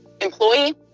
employee